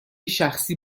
شخصی